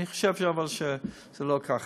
אני חושב שזה לא כך.